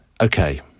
okay